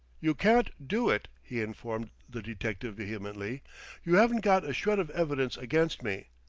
you can't do it, he informed the detective vehemently you haven't got a shred of evidence against me!